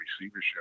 receivership